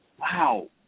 Wow